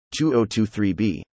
2023B